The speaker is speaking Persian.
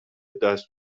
دست